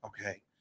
Okay